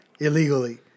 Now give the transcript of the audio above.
Illegally